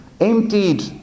emptied